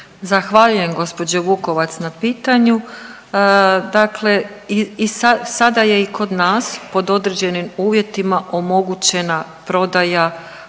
Zahvaljujem gospođo Vukovac na pitanje. Dakle i sada je i kod nas pod određenim uvjetima omogućena prodaja